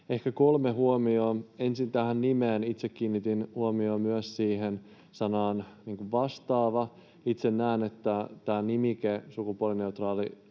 Ehkä kolme huomiota, ensin tähän nimeen. Itse kiinnitin huomiota myös sanaan vastaava. Itse näen, että tämä sukupuolineutraali